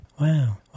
Wow